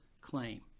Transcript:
claim